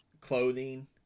clothing